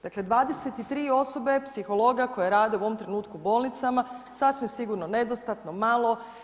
Dakle 23 osobe, psihologa koje rade u ovom trenutku u bolnicama, sasvim sigurno nedostatno, malo.